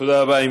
תודה רבה.